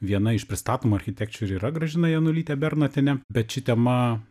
viena iš pristatomų architekčių ir yra gražina janulytė bernotienė bet ši tema